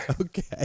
Okay